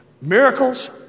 Miracles